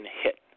hit